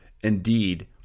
Indeed